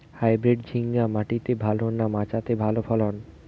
Hybrid ঝিঙ্গা মাটিতে ভালো না মাচাতে ভালো ফলন?